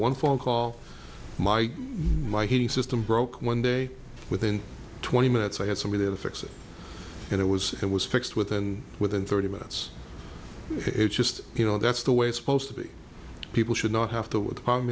one phone call my my heating system broke one day within twenty minutes i had somebody to fix it and it was it was fixed with and within thirty minutes it just you know that's the way it's supposed to be people should not have to